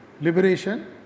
liberation